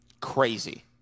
Crazy